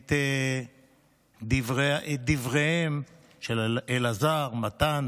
את דבריהם של אלעזר, מתן